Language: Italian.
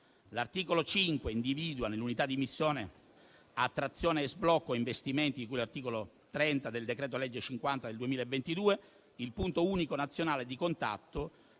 L'articolo 5 individua nell'Unità di missione attrazione e sblocco degli investimenti, di cui all'articolo 30 del decreto-legge n. 50 del 2022, il punto unico nazionale di contatto